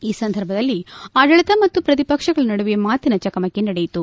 ಈ ಸಂದರ್ಭದಲ್ಲಿ ಆಡಳಿತ ಮತ್ತು ಪ್ರತಿಪಕ್ಷಗಳ ನಡುವೆ ಮಾತಿನ ಚಕಮಕಿ ನಡೆಯಿತು